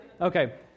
Okay